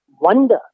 wonder